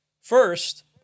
First